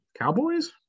Cowboys